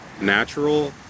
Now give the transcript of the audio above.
natural